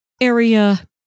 area